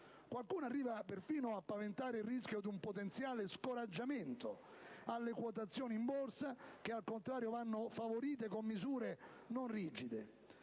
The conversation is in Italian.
Qualcuno arriva perfino a paventare il rischio di un potenziale scoraggiamento alle quotazioni in borsa che, al contrario, vanno favorite con misure non rigide.